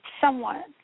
somewhat